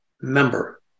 member